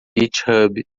github